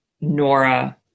Nora